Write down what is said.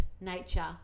nature